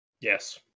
Yes